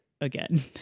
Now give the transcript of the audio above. again